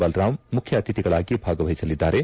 ಬಲರಾಮ್ ಮುಖ್ಯ ಅತಿಥಿಗಳಾಗಿ ಭಾಗವಹಿಸಲಿದ್ದಾರೆ